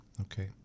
okay